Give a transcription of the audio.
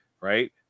right